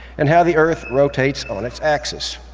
and how the earth rotates on its axis.